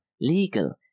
legal